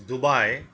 Dubai